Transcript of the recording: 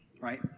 Right